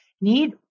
need